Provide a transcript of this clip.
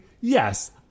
Yes